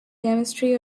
chemistry